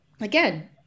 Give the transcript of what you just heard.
Again